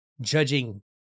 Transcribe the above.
judging